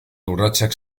urratsak